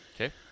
Okay